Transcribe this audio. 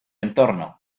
entorno